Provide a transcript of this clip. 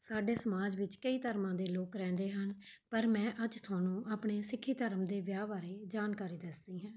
ਸਾਡੇ ਸਮਾਜ ਵਿੱਚ ਕਈ ਧਰਮਾਂ ਦੇ ਲੋਕ ਰਹਿੰਦੇ ਹਨ ਪਰ ਮੈਂ ਅੱਜ ਤੁਹਾਨੂੰ ਆਪਣੇ ਸਿੱਖੀ ਧਰਮ ਦੇ ਵਿਆਹ ਬਾਰੇ ਜਾਣਕਾਰੀ ਦੱਸਦੀ ਹਾਂ